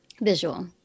Visual